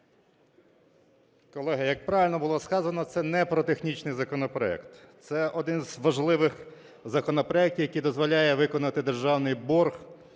Колеги, як правильно було сказано, це не про технічний законопроект. Це один з важливих законопроектів, який дозволяє виконати державний борг